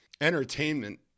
entertainment